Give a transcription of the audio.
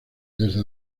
desde